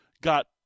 got